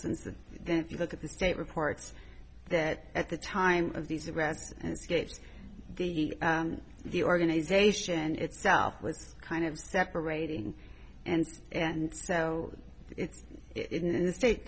since then you look at the state reports that at the time of these events the the organization itself was kind of separating and and so it's in the state